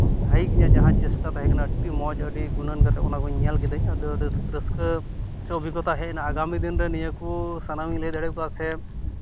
ᱦᱟᱭᱤᱠ ᱤᱧᱟᱹᱜ ᱡᱟᱦᱟᱸ ᱪᱮᱥᱴᱟ ᱛᱟᱦᱮᱸ ᱠᱟᱱᱟ ᱟᱹᱰᱤ ᱢᱚᱡᱽ ᱟᱹᱰᱤ ᱜᱩᱱᱟᱹᱱ ᱠᱟᱛᱮ ᱚᱱᱟ ᱠᱚᱧ ᱧᱮᱞ ᱠᱮᱫᱟᱧ ᱟᱫᱚ ᱨᱟᱹᱥᱠᱟᱹ ᱨᱟᱹᱥᱠᱟᱹ ᱥᱮ ᱚᱵᱷᱤᱜᱚᱛᱟ ᱦᱮᱡ ᱮᱱᱟ ᱟᱜᱟᱢᱤ ᱫᱤᱱ ᱨᱮ ᱱᱤᱭᱟᱹ ᱠᱚ ᱥᱟᱱᱟᱢ ᱤᱧ ᱞᱟᱹᱭ ᱫᱟᱲᱮ ᱠᱚᱣᱟ ᱥᱮ